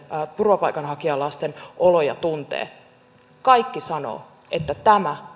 turvapaikanhakijalasten oloja tuntevat sanovat että tämä